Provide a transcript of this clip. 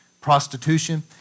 prostitution